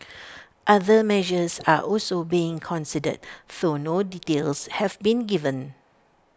other measures are also being considered though no details have been given